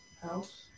house